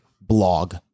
blog